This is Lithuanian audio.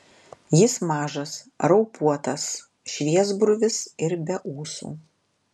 jis mažas raupuotas šviesbruvis ir be ūsų